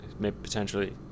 potentially